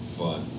fun